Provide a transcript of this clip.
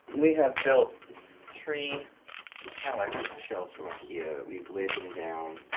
we have built three kallax shelves from ikea. we've laid them down